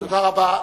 תודה רבה.